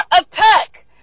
attack